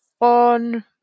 on